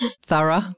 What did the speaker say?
thorough